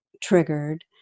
triggered